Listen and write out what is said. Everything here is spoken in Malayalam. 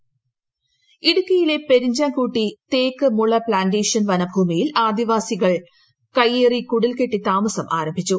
വനഭൂമി കൈയ്യേറി ഇടുക്കിയിലെ പെരിഞ്ചാംകൂട്ടി തേക്ക് മുള പ്ലാന്റേഷൻ വനഭൂമിയിൽ ആദിവാസികൾ കൈയ്യേറി കുടിൽകെട്ടി താമസം ആംഭിച്ചു